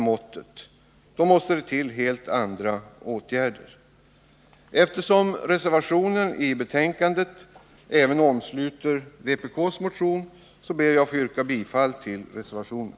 För att det syftet skall kunna uppnås måste det till helt andra åtgärder. Eftersom bifallsyrkandet i reservationen vid betänkandet även innesluter vpk:s motion ber jag att få yrka bifall till reservationen.